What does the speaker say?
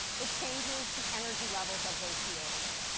it changes the energy levels of those d orbitals.